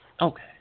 Okay